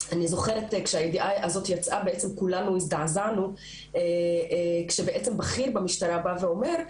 אני זוכרת כשהידיעה הזאת יצאה כולנו הזדעזענו כשבכיר במשטרה אמר,